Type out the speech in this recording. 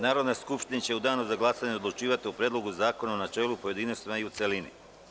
Narodna skupština će u danu za glasanje odlučivati o Predlogu zakona u načelu, pojedinostima i u celini.